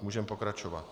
Můžeme pokračovat.